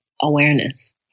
awareness